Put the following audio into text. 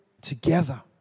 together